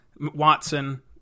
Watson